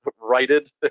righted